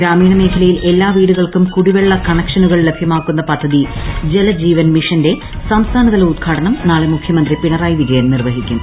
ഗ്രാമീണമേഖലയിൽ എല്ലാ വീടുകൾക്കും കുടിവെള്ള കണക്ഷനുകൾ ലഭ്യമാക്കുന്ന പദ്ധതി ജലജീവൻ മിഷന്റെ സംസ്ഥാന തല ഉദ്ഘാടനം നാളെ മുഖ്യമന്ത്രി പിണറായി വിജയൻ നിർവഹിക്കും